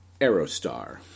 Aerostar